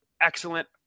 excellent